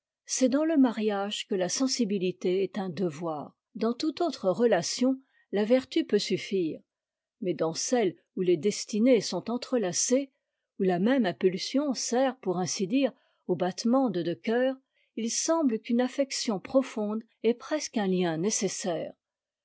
c'est dans le mariage que la sensibilité est un devoir dans toute autre relation la vertu peut suffire mais dans celle où les destinées sont entrelacées où la même impulsion sert pour ainsi dire aux battements de deux cœurs il semble qu'une affection profonde est presque un lien nécessaire